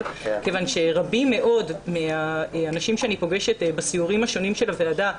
מכיוון שרבים מאוד מן האנשים שאני פוגשת בסיורים השונים של הוועדה,